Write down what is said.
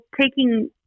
taking